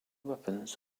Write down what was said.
weapons